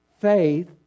Faith